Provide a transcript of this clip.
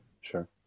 sure